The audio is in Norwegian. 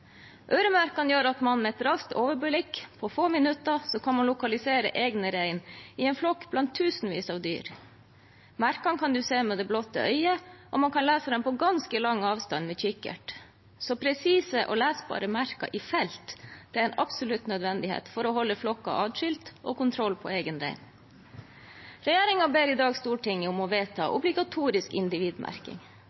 Øremerkene gjør at man med et raskt overblikk, og på få minutter, kan lokalisere egne rein i en flokk blant tusenvis av dyr. Merkene kan man se med det blotte øyet, og man kan lese dem på ganske lang avstand med kikkert. Presise og lesbare merker i felt er en absolutt nødvendighet for å holde flokker adskilt og å ha kontroll på egen rein. Regjeringen ber i dag Stortinget om å vedta